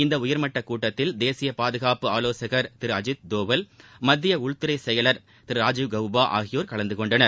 இந்த உயர்மட்ட கூட்டத்தில் தேசிய பாதுகாப்பு ஆலோசகர் திரு அஜித் தோவல் மத்திய உள்துறை செயலர் திரு ராஜீவ் கௌபா ஆகியோர் கலந்து கொண்டனர்